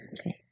Okay